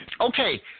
okay